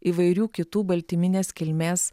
įvairių kitų baltyminės kilmės